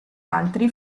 altri